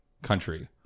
country